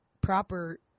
proper